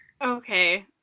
Okay